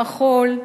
המחול,